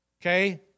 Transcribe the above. okay